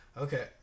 Okay